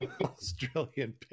Australian